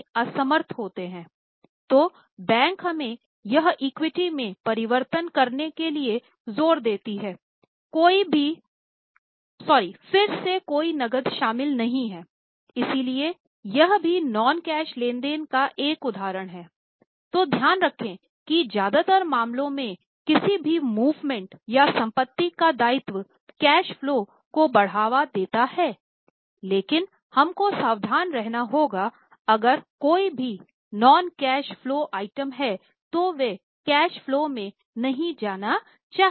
अबकुछ प्रकार के डिबेंचर या संपत्ति का दायित्व कैश फलो को बढ़ावा देता है लेकिन हम को सावधान रहना होगा अगर कोई भी नॉन कैश फलो आइटम हैं तो वे कैश फलो में नहीं जाने चाहिए